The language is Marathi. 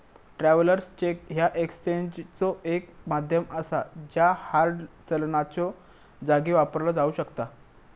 ट्रॅव्हलर्स चेक ह्या एक्सचेंजचो एक माध्यम असा ज्या हार्ड चलनाच्यो जागी वापरला जाऊ शकता